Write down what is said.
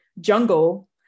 Jungle